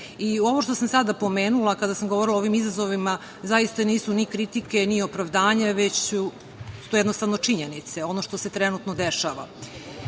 što sam sada pomenula kada sam govorila o ovim izazovima zaista nisu ni kritike, ni opravdanje, već su to jednostavno činjenice, ono što se trenutno dešava. Naši